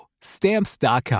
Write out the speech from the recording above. Stamps.com